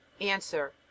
Answer